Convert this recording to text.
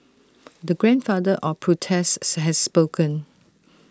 the grandfather of protests has spoken